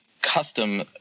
custom